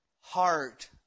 heart